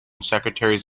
secretaries